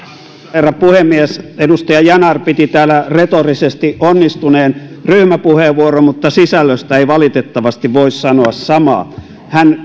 herra puhemies edustaja yanar piti täällä retorisesti onnistuneen ryhmäpuheenvuoron mutta sisällöstä ei valitettavasti voi sanoa samaa hän